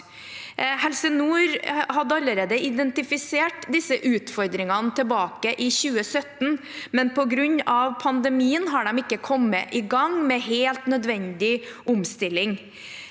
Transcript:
Helse Nord hadde allerede identifisert disse utfordringene tilbake i 2017, men på grunn av pandemien har de ikke kommet i gang med helt nødvendig omstilling.